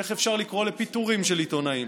איך אפשר לקרוא לפיטורים של עיתונאים